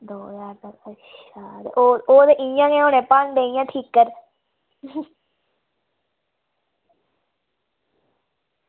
ओह् भांडे इंया गै होने ठिक्कर